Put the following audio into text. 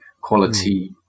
quality